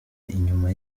inyuma